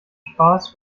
spaß